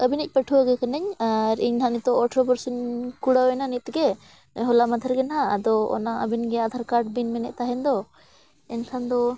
ᱟᱹᱵᱤᱱᱤᱡ ᱯᱟᱹᱴᱷᱣᱟᱹ ᱜᱮ ᱠᱟᱹᱱᱟᱹᱧ ᱟᱨ ᱤᱧ ᱱᱟᱦᱟᱜ ᱱᱤᱛᱳᱜ ᱟᱴᱷᱨᱚ ᱵᱚᱨᱥᱚᱧ ᱠᱩᱲᱟᱹᱣ ᱮᱱᱟ ᱱᱤᱛ ᱛᱮᱜᱮ ᱦᱚᱞᱟ ᱢᱟᱫᱷᱮᱨ ᱜᱮ ᱱᱟᱦᱟᱜ ᱟᱫᱚ ᱚᱱᱟ ᱟᱹᱵᱤᱱ ᱜᱮ ᱟᱫᱷᱟᱨ ᱠᱟᱨᱰ ᱵᱤᱱ ᱢᱮᱱᱮᱫ ᱛᱟᱦᱮᱱ ᱫᱚ ᱮᱱᱠᱷᱟᱱ ᱫᱚ